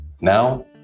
Now